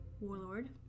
Warlord